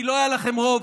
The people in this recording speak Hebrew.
כי לא היה לכם רוב.